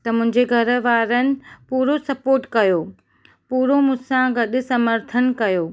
त मुंहिंजे घर वारनि पूरो सपोर्ट कयो पूरो मूं सां गॾु समर्थन कयो